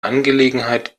angelegenheit